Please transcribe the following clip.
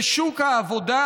ושוק העבודה,